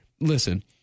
Listen